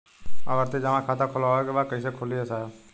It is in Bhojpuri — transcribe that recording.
आवर्ती जमा खाता खोलवावे के बा कईसे खुली ए साहब?